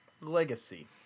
legacy